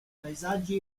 paesaggi